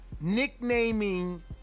nicknaming